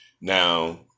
Now